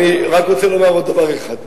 אני רק רוצה לומר עוד דבר אחד: